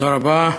תודה רבה.